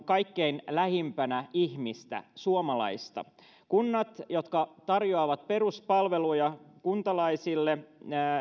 kaikkein lähimpänä ihmistä suomalaista kunnille jotka tarjoavat peruspalveluja kuntalaisille